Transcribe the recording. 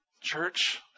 Church